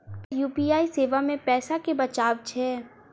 Sir UPI सेवा मे पैसा केँ बचाब छैय?